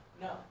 No